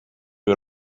või